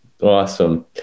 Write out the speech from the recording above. awesome